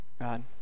God